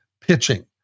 pitching